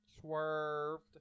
swerved